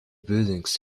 buildings